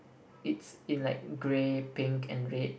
it's in like grey pink and red